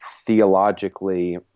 theologically